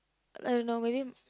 I don't know maybe